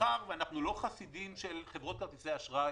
מאחר ואנחנו לא חסידים של חברות כרטיסי אשראי,